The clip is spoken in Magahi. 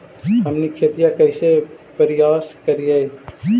हमनी खेतीया कइसे परियास करियय?